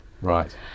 Right